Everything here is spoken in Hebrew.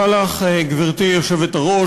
גברתי היושבת-ראש,